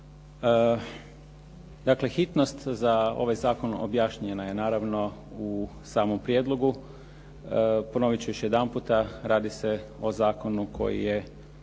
Dakle, hitnost za ovaj zakon objašnjena je u samom prijedlogu, ponoviti ću još jedanputa, radi se o zakonu koji je,